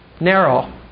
Narrow